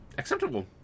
Acceptable